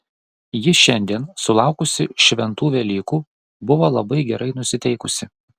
ji šiandien sulaukusi šventų velykų buvo labai gerai nusiteikusi